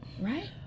Right